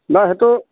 নহয় সেইটো